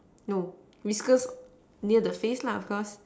no whiskers near the face lah of course